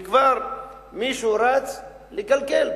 וכבר מישהו רץ לגלגל,